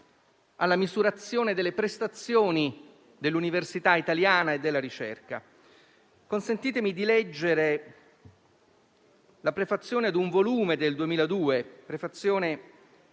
alla misurazione delle prestazioni dell'università italiana e della ricerca. Consentitemi di leggere la prefazione di un volume del 2002, a firma